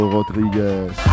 Rodriguez